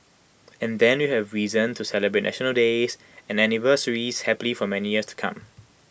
and then we'll have reason to celebrate national days and anniversaries happily for many years to come